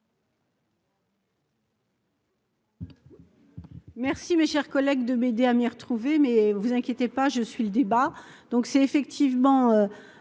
Merci, mes chers collègues de m'aider à m'y retrouver, mais vous inquiétez pas, je suis le débat, donc c'est effectivement.